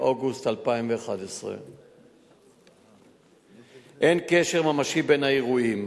באוגוסט 2011. אין קשר ממשי בין האירועים,